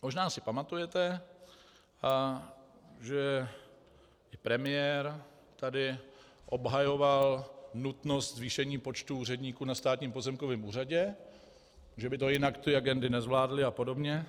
Možná si pamatujete, že premiér tady obhajoval nutnost zvýšení počtu úředníků na Státním pozemkovém úřadě, že by to jinak ty agendy nezvládly apod.